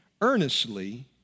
earnestly